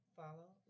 follow